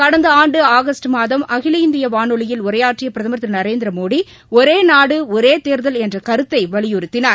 கடந்த ஆண்டு ஆகஸ்ட் மாதம் அகில இந்திய வானொலியில் உரையாற்றிய பிரதம் திரு நரேந்திரமோடி ஒரே நாடு ஒரே தேர்தல் என்ற கருத்தை வலியுறுத்தினார்